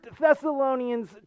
Thessalonians